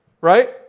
Right